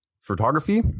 photography